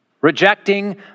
rejecting